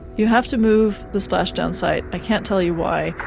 you have to move the splashdown site, i can't tell you why,